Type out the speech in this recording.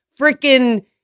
freaking